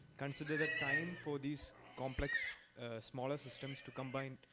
consider the time for these complex smaller systems to combine?